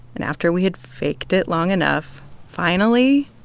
and after we had faked it long enough, finally,